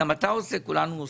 גם אתה עושה, כולנו עושים.